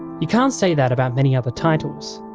you can't say that about many other titles.